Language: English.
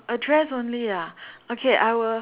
address only ah okay I will